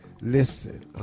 Listen